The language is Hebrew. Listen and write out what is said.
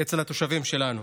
אצל התושבים שלנו.